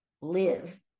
live